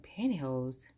pantyhose